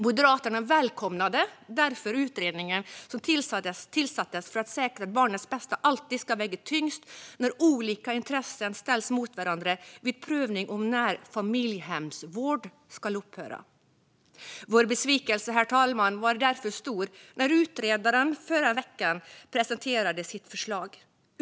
Moderaterna välkomnade därför utredningen som tillsattes för att säkra att barnets bästa alltid ska väga tyngst när olika intressen ställs mot varandra vid prövning om när familjehemsvård ska upphöra. Herr talman! Vår besvikelse var därför stor när utredaren i förra veckan presenterade sitt förslag.